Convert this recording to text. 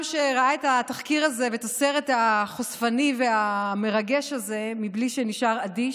שראה את התחקיר הזה ואת הסרט החושפני והמרגש הזה ונשאר אדיש.